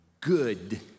good